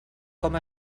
com